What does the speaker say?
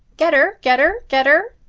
gedder, gedder, gedder,